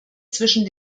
zwischen